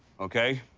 okay.